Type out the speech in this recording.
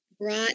brought